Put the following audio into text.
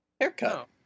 Haircut